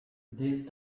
this